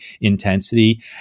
intensity